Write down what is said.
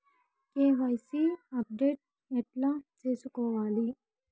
KYC update ఎట్లా సేసుకోవాలి?